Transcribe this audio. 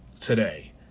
today